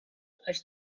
revista